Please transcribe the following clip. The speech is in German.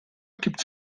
gibt